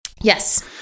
Yes